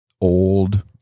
old